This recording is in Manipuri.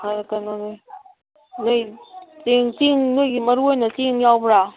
ꯀꯩꯅꯣ ꯆꯦꯡ ꯆꯦꯡ ꯅꯣꯏꯒꯤ ꯃꯔꯨ ꯑꯣꯏꯅ ꯆꯦꯡ ꯌꯥꯎꯕ꯭ꯔꯥ